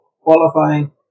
qualifying